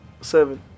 Seven